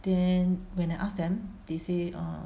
then when I ask them they say err